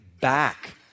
back